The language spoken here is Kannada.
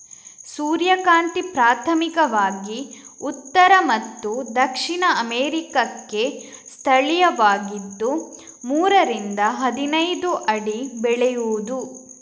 ಸೂರ್ಯಕಾಂತಿ ಪ್ರಾಥಮಿಕವಾಗಿ ಉತ್ತರ ಮತ್ತು ದಕ್ಷಿಣ ಅಮೇರಿಕಾಕ್ಕೆ ಸ್ಥಳೀಯವಾಗಿದ್ದು ಮೂರರಿಂದ ಹದಿನೈದು ಅಡಿ ಬೆಳೆಯುವುದು